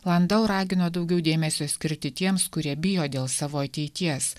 landau ragino daugiau dėmesio skirti tiems kurie bijo dėl savo ateities